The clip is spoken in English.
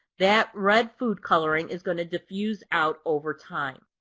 that red food coloring is going to diffuse out over time.